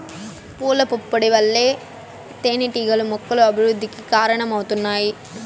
పూల పుప్పొడి వల్ల తేనెటీగలు మొక్కల అభివృద్ధికి కారణమవుతాయి